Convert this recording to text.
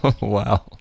Wow